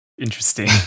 interesting